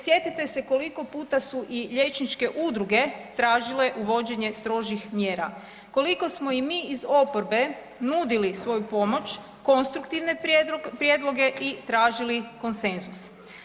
Sjetite se koliko puta su i liječničke udruge tražile uvođenje strožim mjera, koliko smo i mi iz oporbe nudili svoju pomoć, konstruktivne prijedloge i tražili konsenzus.